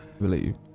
believe